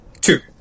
Two